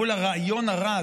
מול הרעיון הרע,